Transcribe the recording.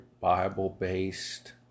Bible-based